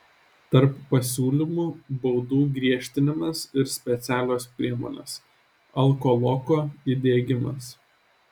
tarp pasiūlymų baudų griežtinimas ir specialios priemonės alkoloko įdiegimas